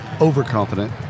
overconfident